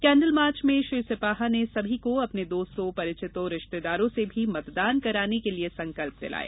candle march में श्री सिपाहा ने सभी को अपने दोस्तों परिचितों रिश्तेदारों से भी मतदान करवाने के लिए संकल्प दिलाया